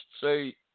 say